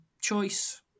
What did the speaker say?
choice